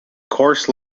course